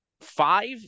five